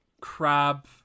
crab